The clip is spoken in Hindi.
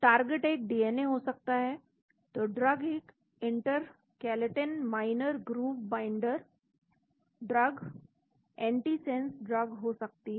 टारगेट एक डीएनए हो सकता है तो ड्रग एक intercalating minor groove binder drug antisense drugs हो सकती है